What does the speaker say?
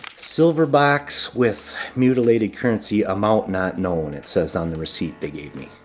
silver box with mutilated currency, amount not known, it says on the receipt they gave me.